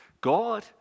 God